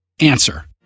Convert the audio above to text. answer